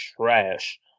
trash